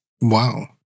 Wow